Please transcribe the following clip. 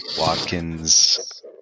Watkins